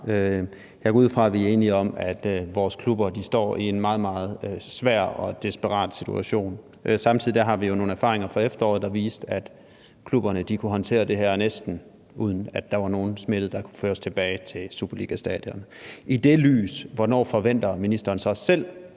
Jeg går ud fra, at vi er enige om, at vores klubber står i en meget, meget svær og desperat situation. Samtidig har vi jo nogle erfaringer fra efteråret, der viser, at klubberne kunne håndtere det her, næsten uden at der var nogen smittede, der kunne føres tilbage til et superligastadion. Set i det lys, hvornår forventer ministeren så selv,